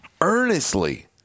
earnestly